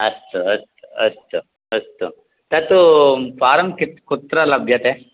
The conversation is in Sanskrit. अस्तु अस्तु अस्तु अस्तु तत्तु फारं कुत्र कुत्र लभ्यते